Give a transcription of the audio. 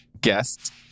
guest